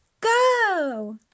go